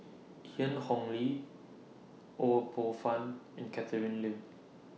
Ian Ong Li Ho Poh Fun and Catherine Lim